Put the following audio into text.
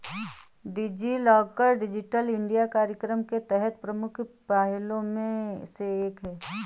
DigiLocker digital India कार्यक्रम के तहत प्रमुख पहलों में से एक है